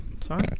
Sorry